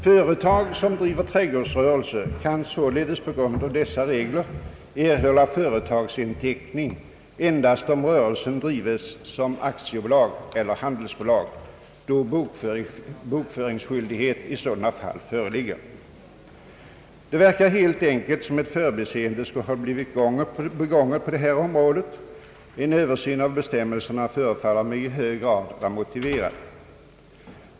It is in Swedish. Företag som driver trädgårdsrörelse kan således på grund av denna regel erhålla företagsinteckning endast om rörelsen drives som aktiebolag eller handelsbolag, då bokföringsskyldighet föreligger. Det verkar helt enkelt som om ett förbiseende har blivit begånget. En översyn av bestämmelserna på det här området förefaller mig i hög grad motiverad.